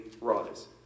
rise